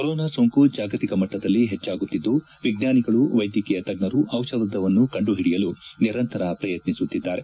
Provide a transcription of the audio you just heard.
corona ಸೋಂಕು ಜಾಗತಿಕ ಮಟ್ಟದಲ್ಲಿ ಹೆಚ್ಚಾಗುತ್ತಿದ್ದು ವಿಜ್ವಾನಿಗಳು ವೈದ್ಯಕೀಯ ತಜ್ವರು ಔಷಧವನ್ನು ಕಂಡುಹಿಡಿಯಲು ನಿರಂತರ ಪ್ರಯತ್ನಿಸುತ್ತಿದ್ದಾರೆ